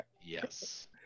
Yes